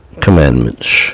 commandments